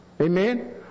Amen